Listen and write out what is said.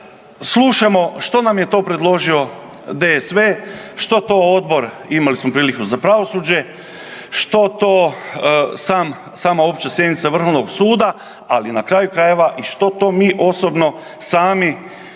slušamo što nam je to predložio DSV, što to odbor, imali smo priliku za pravosuđe, što to sam, sama opća sjednica Vrhovnog suda, ali na kraju krajeva i što to mi osobno sami znademo